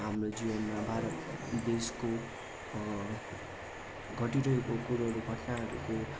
हाम्रो जीवनमा भारत देशको घटिरहेको कुरोहरू घटनाहरूको